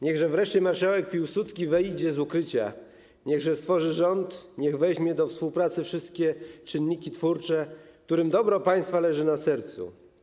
Niechże wreszcie marszałek Piłsudski wyjdzie z ukrycia, niechże stworzy rząd, niech weźmie do współpracy wszystkie czynniki twórcze, którym dobro państwa leży na sercu.